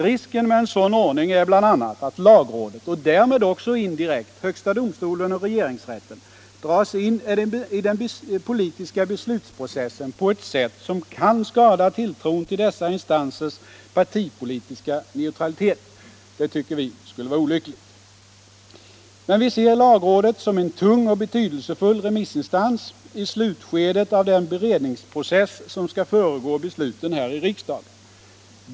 Risken med en sådan ordning är bl.a. att lagrådet och därmed också indirekt högsta domstolen och regeringsrätten dras in i den politiska beslutsprocessen på ett sätt som kan skada tilltron till dessa instansers partipolitiska neutralitet. Det tycker vi skulle vara 23 Men vi ser lagrådet som en tung och betydelsefull remissinstans i slutskedet av den beredningsprocess som skall föregå besluten här i riksdagen.